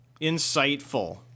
Insightful